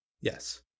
Yes